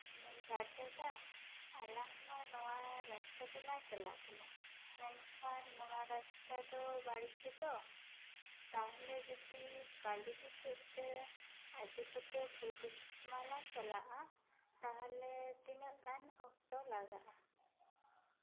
ᱫᱟᱫᱟ ᱟᱞᱟᱝ ᱢᱟ ᱱᱚᱣᱟ ᱨᱟᱥᱛᱟ ᱛᱮᱞᱟᱝ ᱪᱟᱞᱟᱜ ᱠᱟᱱᱟ ᱢᱮᱱᱠᱷᱟᱱ ᱱᱚᱣᱟ ᱨᱟᱥᱛᱟ ᱫᱚ ᱵᱟᱹᱲᱤᱡ ᱜᱮᱫᱚ ᱛᱟᱦᱚᱞᱮ ᱡᱩᱫᱤ ᱜᱟᱞᱩᱰᱤᱦ ᱥᱮᱫ ᱛᱮ ᱟ ᱪᱩᱨ ᱠᱟᱛᱮ ᱯᱷᱩᱞᱠᱩᱥᱢᱟ ᱞᱟᱝ ᱪᱟᱞᱟᱜᱼᱟ ᱛᱟᱦᱚᱞᱮ ᱛᱤᱱᱟᱹᱜ ᱜᱟᱱ ᱚᱠᱛᱚ ᱞᱟᱜᱟᱜᱼᱟ